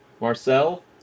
Marcel